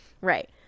Right